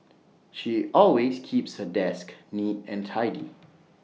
she always keeps her desk neat and tidy